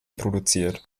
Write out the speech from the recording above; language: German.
produziert